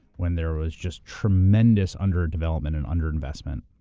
when there was just tremendous underdevelopment and underinvestment